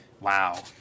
Wow